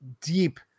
deep